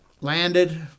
landed